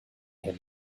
had